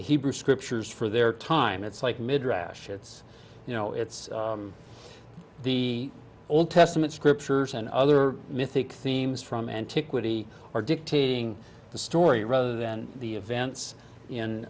hebrew scriptures for their time it's like midrash it's you know it's the old testament scriptures and other mythic themes from antiquity are dictating the story rather than the events